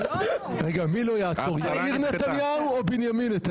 רגע, מי לא יעצור, יאיר נתניהו או בנימין נתניהו?